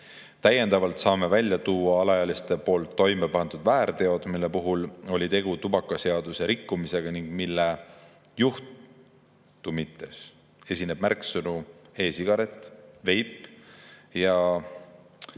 Täiendavalt saame välja tuua alaealiste toime pandud väärteod, mille puhul oli tegu tubakaseaduse rikkumisega ning mille juhtumites esineb märksõnu "e‑sigaret" ja "veip".